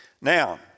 Now